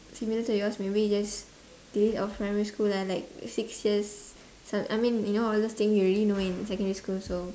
similar to yours maybe just delete off primary school uh like six years so I mean you know all those things you already know in secondary school so